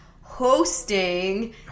hosting